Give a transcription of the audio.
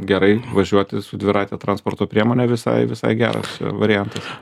gerai važiuoti su dvirate transporto priemone visai visai geras variantas